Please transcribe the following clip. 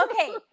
Okay